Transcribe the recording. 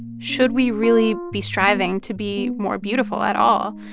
should we really be striving to be more beautiful at all?